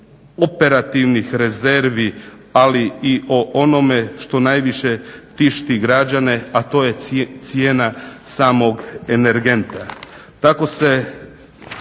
operativnih rezervi, ali i o onome što najviše tišti građane, a to je cijena samog energenta.